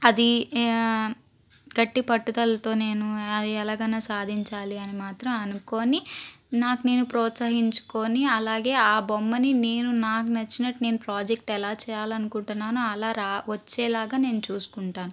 అది గట్టి పట్టుదలతో నేను అది ఎలాగైనా సాధించాలి అని మాత్రం అనుకొని నాకు నేను ప్రోత్సహించుకొని అలాగే ఆ బొమ్మని నేను నాకు నచ్చినట్టు నేను ప్రాజెక్ట్ ఎలా చేయాలనుకుంటున్నాను అలా రా వచ్చేలాగా నేను చూసుకుంటాను